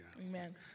Amen